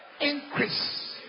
increase